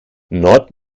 nord